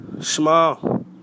Smile